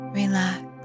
relax